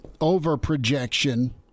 over-projection